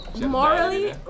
Morally